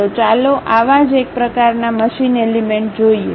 તો ચાલો આવા જ એક પ્રકારનાં મશીન એલિમેન્ટ જોઈએ